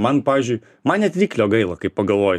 man pavyzdžiui man net ryklio gaila kai pagalvoju